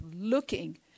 looking